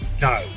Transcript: No